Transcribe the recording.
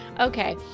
Okay